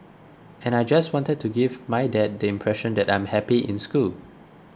and I just wanted to give my dad the impression that I'm happy in school